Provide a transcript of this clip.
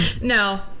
No